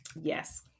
Yes